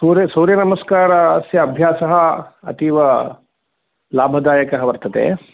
सूर्य सूर्यनमस्कारस्य अभ्यासः अतीव लाभदायकः वर्तते